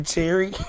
Cherry